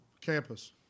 campus